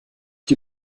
die